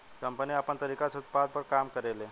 company आपन तरीका से उत्पाद पर काम करेले